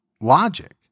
logic